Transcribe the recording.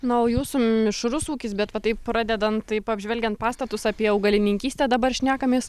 na o jūsų mišrus ūkis bet va taip pradedan taip apžvelgiant pastatus apie augalininkystę dabar šnekamės